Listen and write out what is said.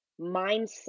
mindset